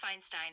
feinstein